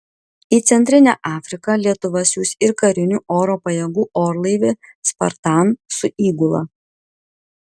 į centrinę afriką lietuva siųs ir karinių oro pajėgų orlaivį spartan su įgula